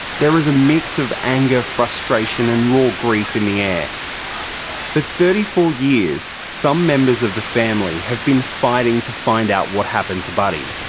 there is a mix of anger, frustration and raw grief in the air. for thirty four years some members of the family have been fighting to find out what happened to buddy.